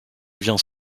vient